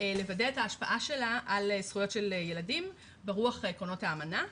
לוודא את השפעתה על זכויות ילדים ברוח עקרונות האמנה,